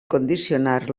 condicionar